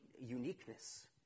uniqueness